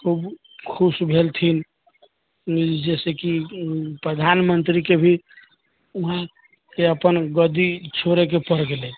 खूब खुश भेलथिन जे से कि प्रधानमंत्री के भी उहाँ के अपन गद्दी छोड़ऽ के पर गेलै